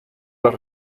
los